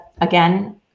again